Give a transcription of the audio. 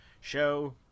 show